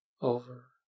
over